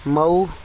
Mau